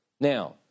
now